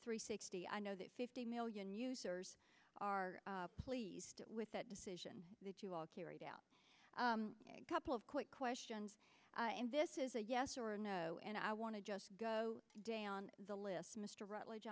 three sixty i know that fifty million users are pleased with that decision that you all carried out a couple of quick questions and this is a yes or no and i want to just go today on the list mr rutledge